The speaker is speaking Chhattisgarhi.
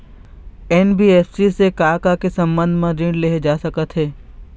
एन.बी.एफ.सी से का का के संबंध म ऋण लेहे जा सकत हे?